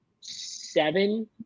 seven